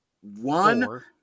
one